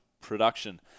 production